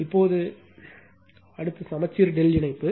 இப்போது அடுத்து சமச்சீர் ∆ இணைப்பு